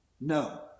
No